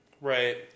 Right